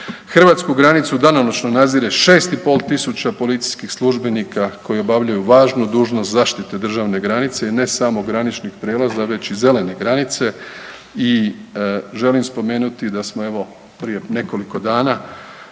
Hrvatsku granicu danonoćno nadzire 6500 policijskih službenika koji obavljaju važnu dužnost zaštite državne granice i ne samo graničnih prijelaza već i zelene granice i želim spomenuti da smo evo prije nekoliko dana